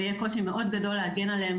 ויהיה קושי מאוד גדול להגן עליהם,